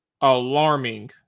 alarming